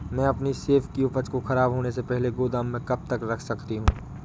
मैं अपनी सेब की उपज को ख़राब होने से पहले गोदाम में कब तक रख सकती हूँ?